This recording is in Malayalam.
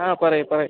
ആ പറയു പറയു